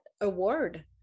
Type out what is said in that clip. award